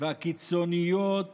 והקיצוניות